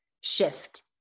shift